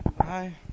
Hi